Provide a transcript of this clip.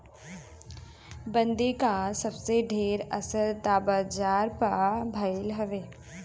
बंदी कअ सबसे ढेर असर तअ बाजार पअ भईल हवे